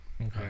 Okay